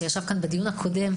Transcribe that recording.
שישב כאן בדיון הקודם,